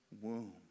womb